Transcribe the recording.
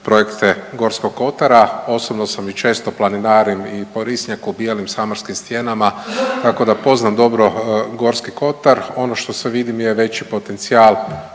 projekte Gorskog kotara. Osobno sam i često planinarim i po Risnjaku, Bijelim i Samarskim stijenama tako da poznam dobro Gorski kotar. Ono što se vidim je veći potencijal